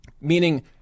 meaning